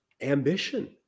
ambition